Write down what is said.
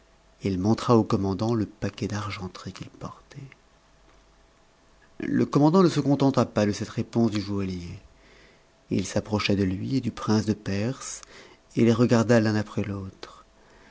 il montra au commandant le paquet d'argenterie qu'il portait le commandant ne se contenta pas de cette réponse du joaillier it s'approcha de lui et du prince de perse et les regarda l'un après l'aune